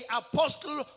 apostle